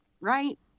right